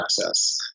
access